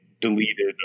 deleted